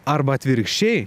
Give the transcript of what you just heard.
arba atvirkščiai